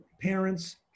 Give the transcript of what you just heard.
parents